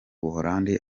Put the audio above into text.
buholandi